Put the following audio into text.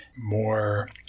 more